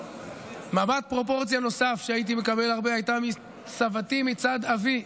ומבט נוסף בפרופורציה שהייתי מקבל הרבה היה מסבתי מצד אבי,